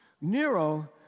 Nero